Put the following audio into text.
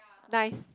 nice